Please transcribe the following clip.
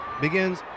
begins